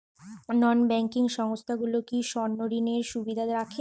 নন banking সংস্থাগুলো কি স্বর্ণঋণের সুবিধা রাখে?